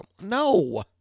No